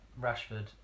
Rashford